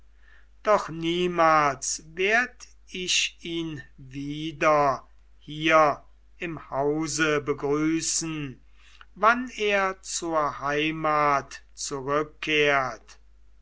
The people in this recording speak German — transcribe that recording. doch niemals werd ich ihn wieder hier im hause begrüßen wann er zur heimat zurückkehrt